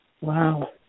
Wow